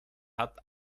hat